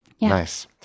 Nice